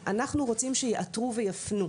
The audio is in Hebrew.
יעל פומרנץ.